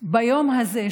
ביום הזה,